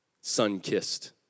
sun-kissed